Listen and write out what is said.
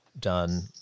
done